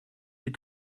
les